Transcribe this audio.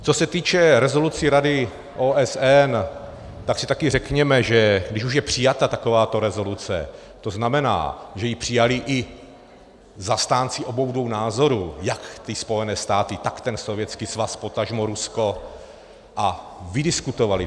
Co se týče rezolucí Rady OSN, tak si taky řekněme, že když už je přijata takováto rezoluce, to znamená, že ji přijali i zastánci obou dvou názorů, jak ty Spojené státy, tak ten Sovětský svaz, potažmo Rusko, a vydiskutovali to.